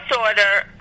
order